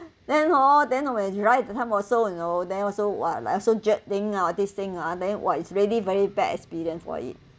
then hor then when he ride time also you know then also !wah! like also jet thing ah this thing ah then !wah! it's really very bad experience for it